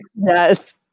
Yes